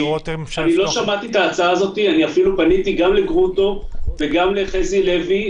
8 ו- 23 לחוק סמכויות מיוחדות להתמודדות